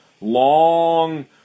long